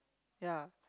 ya